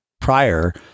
prior